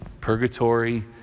purgatory